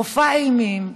מופע אימים,